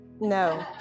No